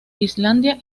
islandia